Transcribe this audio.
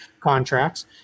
contracts